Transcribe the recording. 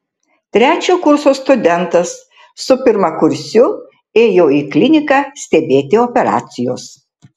trečio kurso studentas su pirmakursiu ėjo į kliniką stebėti operacijos